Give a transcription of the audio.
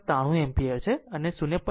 93 ampere છે અને તેણે 0